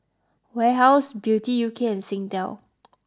Warehouse Beauty U K and Singtel